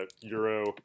Euro